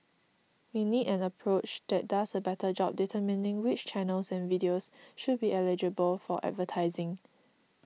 we need an approach that does a better job determining which channels and videos should be eligible for advertising